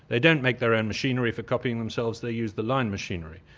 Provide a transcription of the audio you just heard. they don't make their own machinery for copying themselves, they use the line machinery.